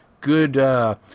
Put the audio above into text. good